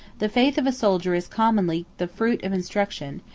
the faith of a soldier is commonly the fruit of instruction,